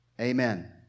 Amen